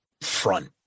front